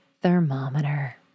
thermometer